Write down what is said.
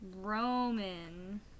Roman